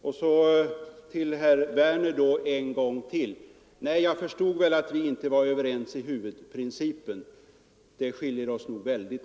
Och så till herr Werner i Malmö. Nej, jag förstår att vi inte är överens om huvudprincipen. Där skiljer vi oss nog väsentligt.